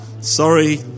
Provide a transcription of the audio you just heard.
Sorry